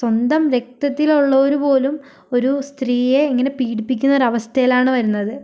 സ്വന്തം രക്തത്തിലുള്ളവരു പോലും ഒരു സ്ത്രീയെ ഇങ്ങനെ പീഡിപ്പിക്കുന്ന ഒരവസ്ഥയിലാണ് വരുന്നത്